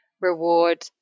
reward